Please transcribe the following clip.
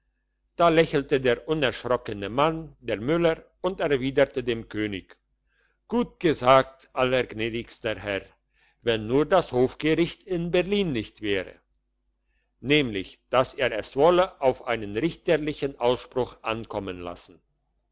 da lächelte der unerschrockene mann der müller und erwiderte dem könig gut gesagt allergnädigster herr wenn nur das hofgericht in berlin nicht wäre nämlich dass er es wolle auf einen richterlichen ausspruch ankommen lassen